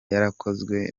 yarakozwe